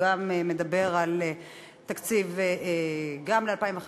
תקציב גם ל-2015